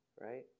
right